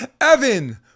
evan